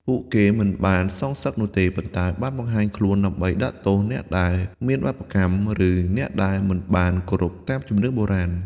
ពួកគេមិនបានសងសឹកនោះទេ ប៉ុន្តែបានបង្ហាញខ្លួនដើម្បីដាក់ទោសអ្នកដែលមានបាបកម្ម ឬអ្នកដែលមិនបានគោរពតាមជំនឿបុរាណ។